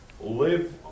live